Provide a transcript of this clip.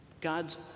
God's